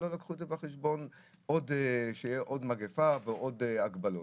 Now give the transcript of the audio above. לקחו בחשבון שתהיה עוד מגיפה ותהיינה עוד הגבלות.